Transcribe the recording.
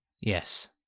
Yes